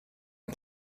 and